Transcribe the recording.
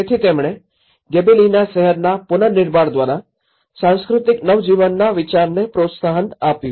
તેથી તેમણે ગિબેલિના શહેરના પુનર્નિર્માણ દ્વારા સાંસ્કૃતિક નવજીવનના વિચારને પ્રોત્સાહન આપ્યું